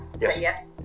Yes